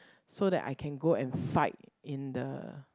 so that I can go and fight in the